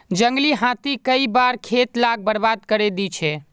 जंगली हाथी कई बार खेत लाक बर्बाद करे दे छे